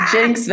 Jinx